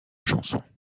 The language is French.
chanson